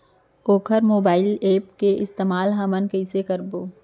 वोकर mobile app के इस्तेमाल हमन कइसे करबो?